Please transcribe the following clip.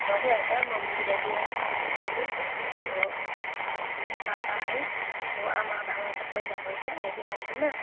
भनिहाल्छ mummy daddy है mummy daddy अब पापा है अब आमा बाबा त पहिला भन्थे अहिले भन्दैन